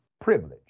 privilege